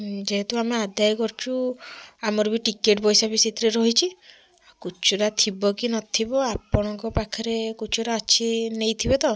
ଯେହେତୁ ଆମେ ଆଦାୟ କରୁଛୁ ଆମର ବି ଟିକେଟ୍ ପଇସା ବି ସେଇଥିରେ ରହିଛି ଖୁଚୁରା ଥିବ କି ନଥିବ ଆପଣଙ୍କ ପାଖରେ ଖୁଚୁରା ଅଛି ନେଇଥିବେ ତ